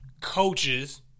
coaches